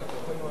נתקבלו.